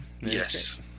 yes